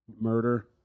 Murder